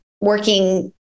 working